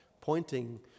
Pointing